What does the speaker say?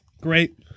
great